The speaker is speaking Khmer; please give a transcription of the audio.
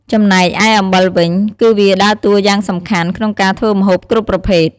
ចំណែកឯអំបិលវិញ គឺវាដើរតួយ៉ាងសំខាន់ក្នុងការធ្វើម្ហូបគ្រប់ប្រភេទ។